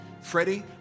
Freddie